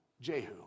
Jehu